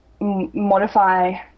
modify